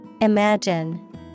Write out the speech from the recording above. Imagine